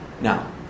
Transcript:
Now